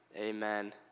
Amen